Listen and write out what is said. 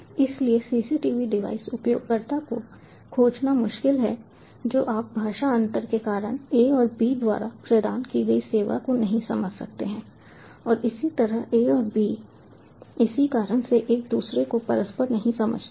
इसलिए CCTV device उपयोगकर्ता को खोजना मुश्किल है जो आप भाषा अंतर के कारण A और B द्वारा प्रदान की गई सेवा को नहीं समझ सकते हैं और इसी तरह A और B इसी कारण से एक दूसरे को परस्पर नहीं समझते हैं